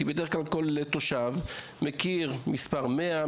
בדרך כלל כל תושב מכיר מס' 100,